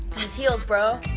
those heels bro,